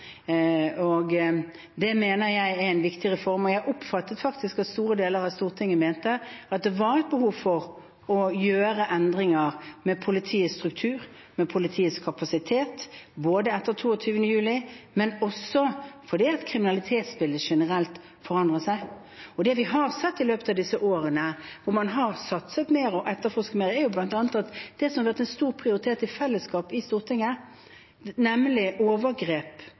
Det mener jeg er en viktig reform. Jeg oppfattet faktisk at store deler av Stortinget mente at det var et behov for å gjøre endringer i politiets struktur, med politiets kapasitet, både etter 22. juli og også fordi kriminalitetsbildet generelt forandrer seg. Det vi har sett i løpet av disse årene hvor man har satset mer og etterforsket mer, er bl.a. at det som har vært en stor prioritet i fellesskap i Stortinget, nemlig overgrep